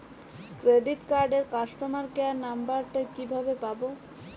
Credit কার্ডের customer care number টা কিভাবে পাবো?